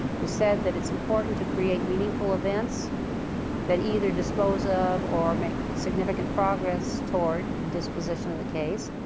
we said that it's important to create meaningful events that either dispose of or make significant progress toward disposition of the case,